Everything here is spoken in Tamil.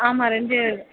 ஆமாம் ரெண்டு